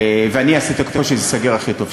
ואני אעשה את הכול שזה ייסגר הכי טוב שאפשר.